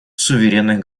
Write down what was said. суверенных